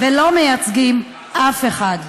ולא מייצגים אף אחד.